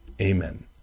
Amen